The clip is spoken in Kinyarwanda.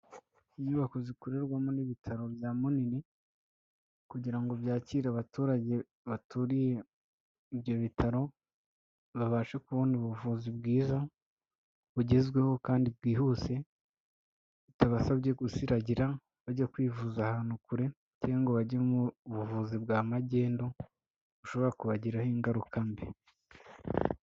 Inyubako zikorerwamo n'ibitaro bya Munini kugira ngo byakire abaturage baturiye ibyo bitaro, babashe kubona ubuvuzi bwiza bugezweho kandi bwihuse, bitabasabye gusiragira bajya kwivuza ahantu kure cyangwa ngo bajye mu buvuzi bwa magendu, bushobora kubagiraho ingaruka mbi.